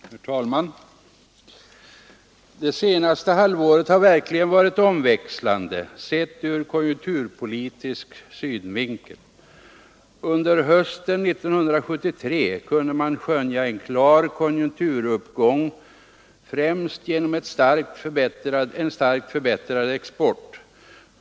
Herr talman! Det senaste halvåret har verkligen varit omväxlande sett ur konjunkturpolitisk synvinkel. Under hösten 1973 kunde man skönja en klar konjunkturuppgång främst genom en starkt förbättrad export.